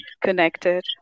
connected